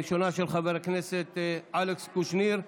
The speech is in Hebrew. הראשונה של חבר הכנסת אלכס קושניר,